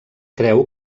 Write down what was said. creu